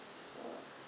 so